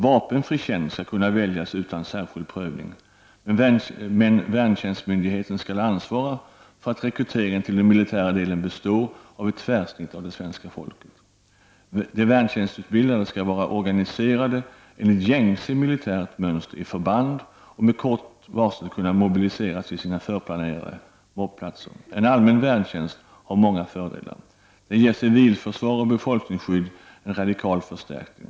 Vapenfri tjänst skall kunna väljas utan särskild prövning, men värntjänstmyndigheten skall ansvara för att rekryteringen till den militära delen består av ett tvärsnitt av svenska folket. De värntjänstutbildade skall vara organiserade enligt gängse militärt mönster i förband och med kort varsel kunna mobiliseras till sina förplanerade mob-platser. En allmän värntjänst har många fördelar: — Den ger civilförsvar och befolkningsskydd en radikal förstärkning.